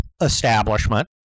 establishment